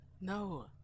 no